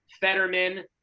Fetterman